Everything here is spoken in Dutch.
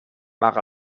maar